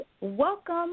welcome